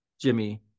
Jimmy